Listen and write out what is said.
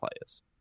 players